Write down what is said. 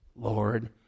Lord